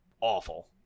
Awful